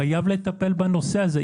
חייבים לטפל בנושא הזה,